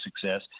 success